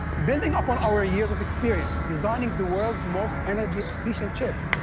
building up on our years of experience designing the world's most energy-efficient chips,